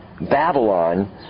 Babylon